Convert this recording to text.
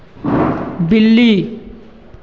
बिल्ली